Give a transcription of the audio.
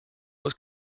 was